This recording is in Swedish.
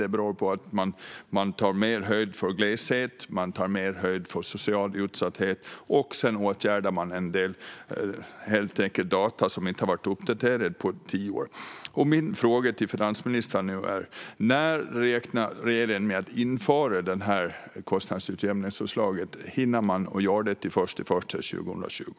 Det beror på att man tar mer höjd för gleshet och social utsatthet. Man åtgärdar även en del data som inte har blivit uppdaterade på tio år. Min fråga till finansministern är nu: När räknar regeringen med att införa förslagen från Kostnadsutjämningsutredningen? Hinner man göra det till den 1 januari 2020?